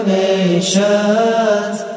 nations